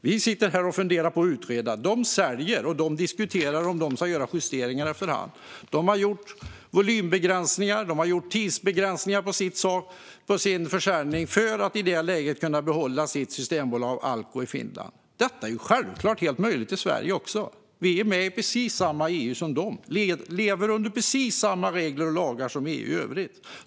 Vi sitter här och funderar på att utreda. De säljer och diskuterar om de ska göra justeringar efter hand. De har gjort volymbegränsningar och tidsbegränsningar för sin försäljning för att kunna behålla sitt systembolag Alko i Finland. Detta är självklart helt möjligt i Sverige också. Vi är med i precis samma EU som de. Vi lever under precis samma regler och lagar som EU i övrigt.